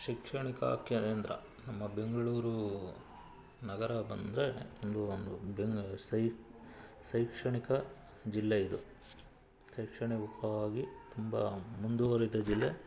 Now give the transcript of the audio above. ಶೈಕ್ಷಣಿಕ ಕೇಂದ್ರ ನಮ್ಮ ಬೆಂಗಳೂರು ನಗರ ಬಂದರೆ ಒಂದು ಒಂದು ಬೆಂಗ ಸೈ ಶೈಕ್ಷಣಿಕ ಜಿಲ್ಲೆ ಇದು ಶೈಕ್ಷಣಿಕವಾಗಿ ತುಂಬ ಮುಂದುವರಿದ ಜಿಲ್ಲೆ